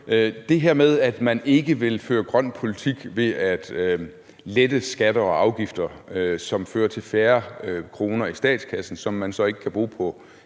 det her med, at man ikke vil føre grøn politik ved at lette skatter og afgifter, som fører til færre kroner i statskassen, som man så ikke kan bruge på